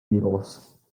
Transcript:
beatles